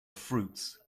fruits